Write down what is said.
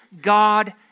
God